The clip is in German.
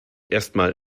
erstmal